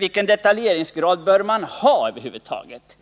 Vilken detaljeringsgrad bör man ha över huvud taget?